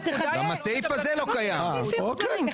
גם הרמטכ"ל ועוד רבים וטובים אחרים.